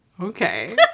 okay